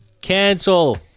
Cancel